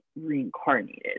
reincarnated